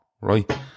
Right